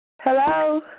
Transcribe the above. Hello